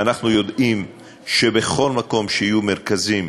ואנחנו יודעים שבכל מקום שיהיו מרכזים